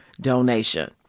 donation